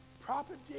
property